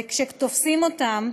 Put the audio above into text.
וכשתופסים אותם,